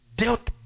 dealt